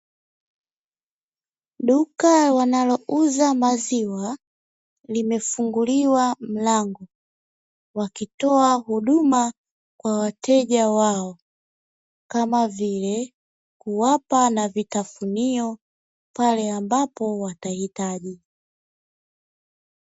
Duka wanalouza maziwa limefunguliwa mlango,.wakitoa huduma kwa wateja wao, kama vile kuwapa na vitafunio pale ambapo watahitaji.